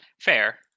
Fair